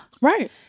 Right